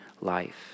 life